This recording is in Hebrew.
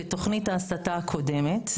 בתוכנית ההסטה הקודמת,